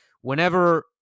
whenever